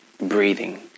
breathing